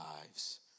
lives